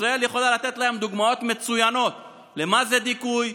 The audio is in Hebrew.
ישראל יכולה לתת להם דוגמאות מצוינות מה זה דיכוי,